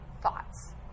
thoughts